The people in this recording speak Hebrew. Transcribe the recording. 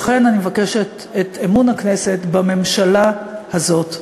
לכן אני מבקשת את אמון הכנסת בממשלה הזאת.